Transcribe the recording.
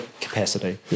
capacity